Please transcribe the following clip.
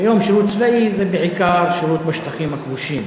כיום שירות צבאי זה בעיקר שירות בשטחים הכבושים.